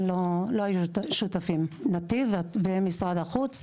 לא היו שותפים, נתיב ומשרד החוץ.